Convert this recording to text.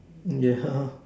yes